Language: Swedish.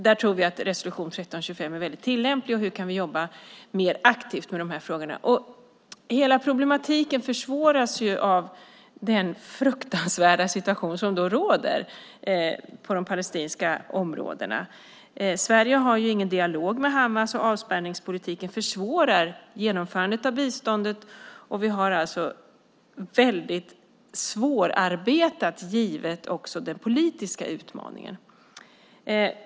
Där tror vi att resolution 1325 är väl tillämplig. Vi har tittat på hur vi kan jobba mer aktivt med dessa frågor. Hela problematiken försvåras av den fruktansvärda situation som råder på de palestinska områdena. Sverige har ingen dialog med Hamas, och avspärrningspolitiken försvårar genomförandet av biståndet. Vi har det också väldigt svårarbetat givet den politiska utmaningen.